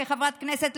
כחברת כנסת,